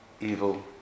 evil